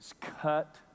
cut